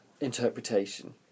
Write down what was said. interpretation